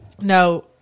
No